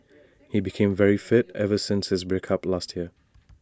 he became very fit ever since his break up last year